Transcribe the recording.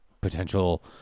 potential